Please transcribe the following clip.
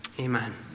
Amen